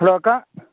hello அக்கா